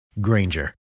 Granger